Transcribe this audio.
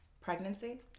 Pregnancy